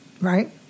right